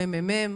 הממ"מ,